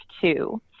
two